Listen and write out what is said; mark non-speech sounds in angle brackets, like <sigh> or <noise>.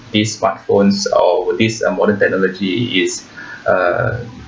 these smartphones or this modern technology is <breath> uh